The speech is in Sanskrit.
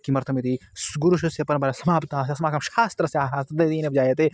किमर्थमिति स् गुरुशिष्यपरम्परा समापिता अस्माकं शास्त्रस्य ह्रासता यद्दिनं जायते